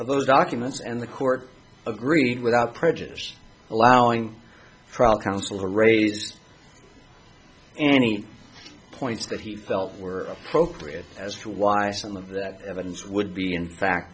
of those documents and the court agreed without prejudice allowing trial counsel to raise any points that he felt were appropriate as to why some of that evidence would be in fact